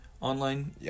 online